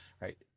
right